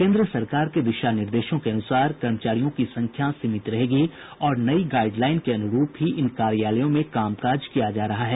केंद्र सरकार के दिशा निर्देशों के अनुसार कर्मचारियों की संख्या सीमित रहेगी और नई गाईडलाईन के अनुरूप ही इन कार्यालयों में कामकाज किया जा रहा है